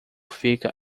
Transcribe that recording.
fica